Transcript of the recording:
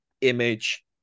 image